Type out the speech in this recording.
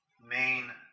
main